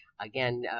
Again